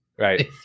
Right